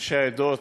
אנשי העדות,